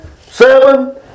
Seven